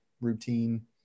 routine